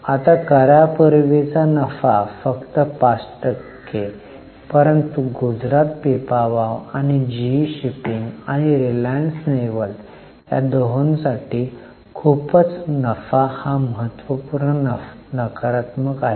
आता करा पूर्वीचा नफा फक्त 5 टक्के परंतु गुजरात पिपवाव आणि जीई शिपिंग आणि रिलायन्स नेव्हल या दोहोंसाठी खूपच नफा हा महत्त्वपूर्ण नकारात्मक आहे